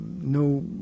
no